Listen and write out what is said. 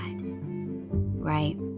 right